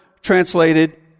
translated